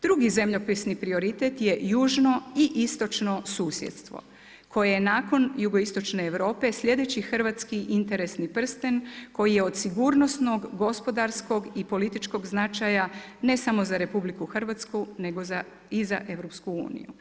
Drugi zemljopisni prioritet je južno i istočno susjedstvo, koji jie nakon jugoistočne Europe sljedeći Hrvatski interesni prsten koji je od sigurnosnog, gospodarskog i političkog značaja ne samo za RH, nego i za EU.